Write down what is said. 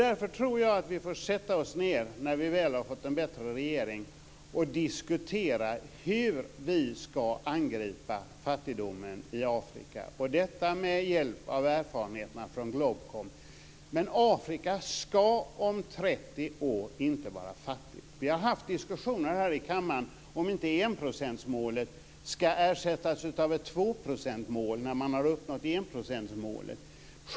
Därför tror jag att vi, när vi väl har fått en bättre regering, får sätta oss ned och diskutera hur vi ska angripa fattigdomen i Afrika. Här måste vi ta vara på erfarenheterna från Globkom. Om 30 år ska Afrika inte vara fattigt. Vi har haft diskussioner här i kammaren om inte enprocentsmålet ska ersättas av ett tvåprocentsmål när man har uppnått enprocentsmålet.